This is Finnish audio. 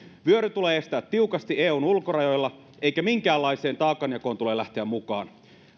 vyöry tulee estää tiukasti eun ulkorajoilla eikä minkäänlaiseen taakanjakoon tule lähteä mukaan